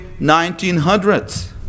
1900s